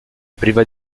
priva